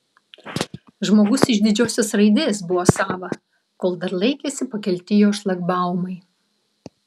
žmogus iš didžiosios raidės buvo sava kol dar laikėsi pakelti jo šlagbaumai